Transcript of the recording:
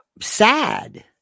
Sad